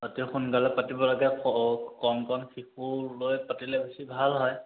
অতি সোনকালে পাতিব লাগে কণ কণ শিশুলৈ পাতিলে বেছি ভাল হয়